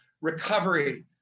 recovery